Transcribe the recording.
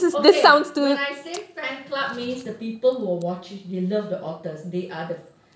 okay when I say fan club means the people who are watching they love the otters they are the